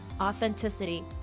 authenticity